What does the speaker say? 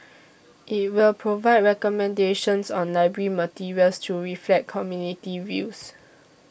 it will provide recommendations on library materials to reflect community views